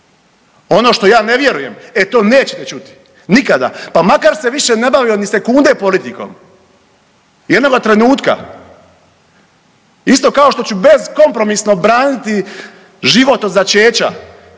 ono što ja ne vjerujem, e to nećete čuti nikada, pa makar se više ne bavio ni sekunde politikom jednoga trenutka. Isto kao što ću beskompromisno braniti život od začeća,